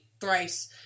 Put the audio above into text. thrice